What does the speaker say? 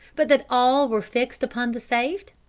but that all were fixed upon the saved?